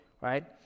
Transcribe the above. right